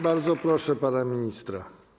Bardzo proszę pana ministra.